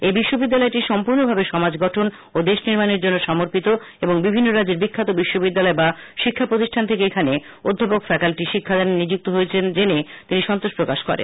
এই বিশ্ববিদ্যালয়টি সম্পূর্ণভাবে সমাজ গঠন ও দেশের নির্মানের জন্য সমর্পিত রয়েছে এবং বিভিন্ন রাজ্যের বিখ্যাত বিশ্ববিদ্যালয় বা শিক্ষা প্রতিষ্ঠান থেকে এখানে অধ্যাপক ফ্যাকাল্টি শিক্ষাদানে নিযুক্ত রয়েছেন জেনে তিনি সন্তোষ প্রকাশ করেন